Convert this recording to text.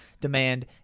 demand